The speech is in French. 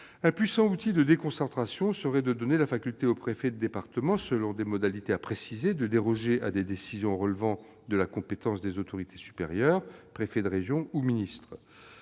un puissant outil de déconcentration, consisterait à donner la faculté au préfet de département, selon des modalités à préciser, de déroger à des décisions relevant de la compétence des autorités supérieures, préfet de région ou ministre.